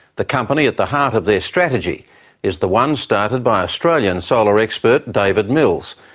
the company at the heart of their strategy is the one started by australian solar expert, david mills,